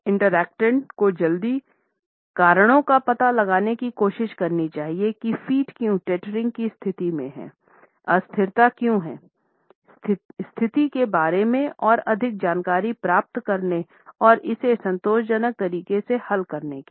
interactant को जल्दी कारणों का पता लगाने की कोशिश करनी चाहिए कि फ़ीट क्यों टेटेरिंग की स्थिति में हैं अस्थिरता क्यों है स्थिति के बारे में और अधिक जानकारी प्राप्त करने और इसे संतोषजनक तरीके से हल करने के लिए